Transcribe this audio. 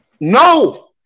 no